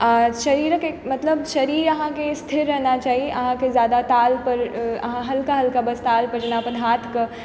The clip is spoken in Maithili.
आ शरीरके मतलब शरीर अहाँकेँ स्थिर रहना चाही अहाँकेँ जादा ताल पर अहाँ हल्का हल्का बस ताल पर जेना अपन हाथके